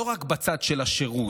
לא רק בצד של השירות,